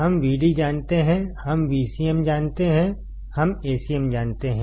हम Vdजानते हैं हम Vcmजानते हैं हम Acmजानते हैं